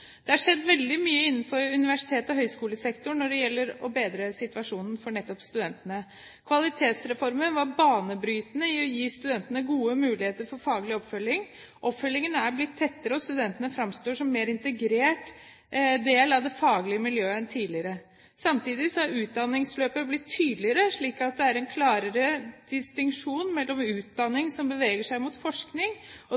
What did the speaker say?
Det har skjedd veldig mye innenfor universitets- og høyskolesektoren når det gjelder å bedre situasjonen for nettopp studentene. Kvalitetsreformen var banebrytende i å gi studentene gode muligheter for faglig oppfølging. Oppfølgingen er blitt tettere, og studentene framstår som en mer integrert del av det faglige miljøet enn tidligere. Samtidig er utdanningsløpet blitt tydeligere, slik at det er en klarere distinksjon mellom utdanning som beveger seg mot forskning, og